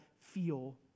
feel